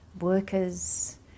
workers